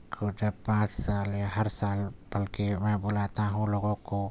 total پانچ سال یا ہر سال بلکہ میں بلاتا ہوں لوگوں کو